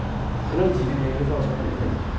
you know G_V punya uniform macam mana kan